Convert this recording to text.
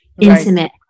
intimate